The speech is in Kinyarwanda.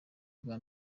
bwa